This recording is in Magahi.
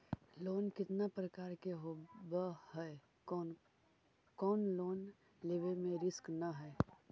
लोन कितना प्रकार के होबा है कोन लोन लेब में रिस्क न है?